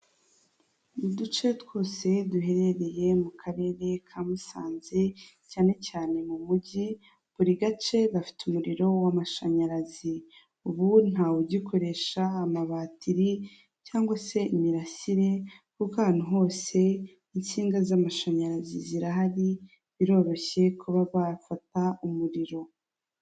Mu duce twose duherereye mu karere ka musanze cyane cyane mu mujyi buri gace bafite umuriro w'amashanyarazi. Ubu ntawe ugikoresha amabatiri cyangwa se imirasire kuko ahantu hose insinga z'amashanyarazi zirahari biroroshye kuba bafata umuriro.